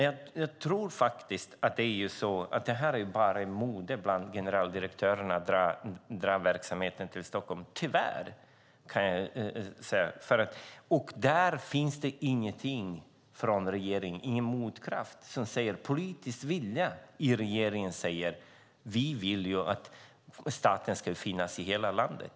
Jag tror att det är ett mode bland generaldirektörerna att förlägga verksamheten till Stockholm - tyvärr. Regeringen utövar ingen motkraft eller politisk vilja att uttala att staten ska vara representerad i hela landet.